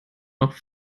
noch